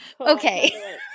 Okay